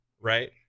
right